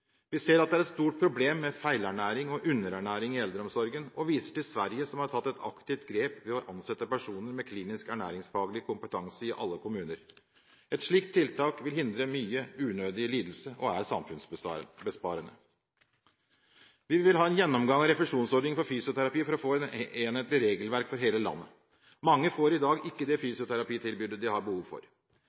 Vi ser at det er et stort problem med feilernæring og underernæring i eldreomsorgen, og viser til Sverige, som har tatt et aktivt grep ved å ansette personer med klinisk ernæringsfaglig kompetanse i alle kommuner. Et slikt tiltak vil hindre mye unødig lidelse og er samfunnsbesparende. Vi vil ha en gjennomgang av refusjonsordningene for fysioterapi for å få et enhetlig regelverk for hele landet. Mange får i dag ikke det fysioterapitilbudet de har behov for.